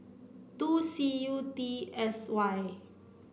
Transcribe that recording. two C U T S Y